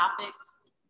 topics